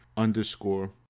underscore